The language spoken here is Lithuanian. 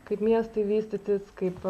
kaip miestai vystytis kaip